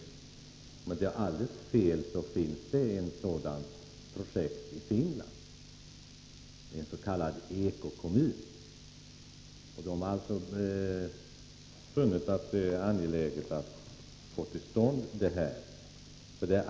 Om jag inte har alldeles fel finns det ett liknande projekt i Finland —-ens.k. eko-kommun. De har alltså funnit att det är angeläget att få till stånd denna typ av projekt.